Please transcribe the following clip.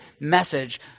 message